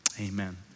amen